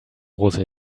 große